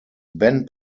ben